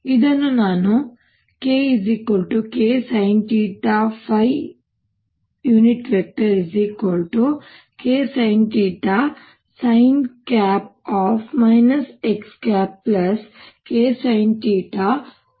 ಇದನ್ನು ನಾನು KKsinθKsinθsinϕ xKsinθcosϕ ಎಂದು ಬರೆಯುತ್ತೇನೆ